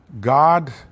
God